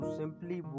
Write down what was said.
simply